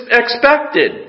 expected